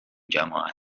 جماعت